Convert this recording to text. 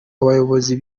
abayobozi